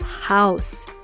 house